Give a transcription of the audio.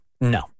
no